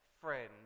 friend